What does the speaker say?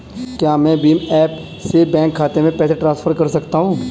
क्या मैं भीम ऐप से बैंक खाते में पैसे ट्रांसफर कर सकता हूँ?